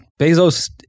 Bezos